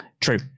True